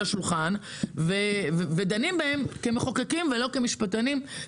השולחן ודנים בהם כמחוקקים ולא כמשפטנים.